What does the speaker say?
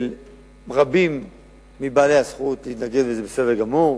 של רבים מבעלי הזכות להתנגד, וזה בסדר גמור,